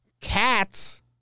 Cats